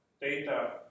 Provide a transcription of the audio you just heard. data